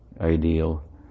ideal